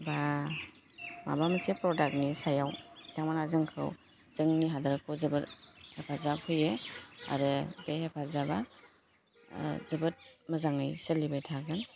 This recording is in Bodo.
बा माबा मोनसे प्रडागनि सायाव बिथांमोनहा जोंखौ जोंनि हादरखौ जोबोर हेफाजाब होयो आरो बे हेफाजाबा जोबोद मोजाङै सोलिबाय थागोन